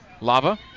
Lava